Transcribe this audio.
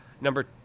number